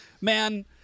man